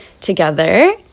together